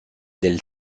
del